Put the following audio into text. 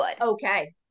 Okay